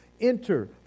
enter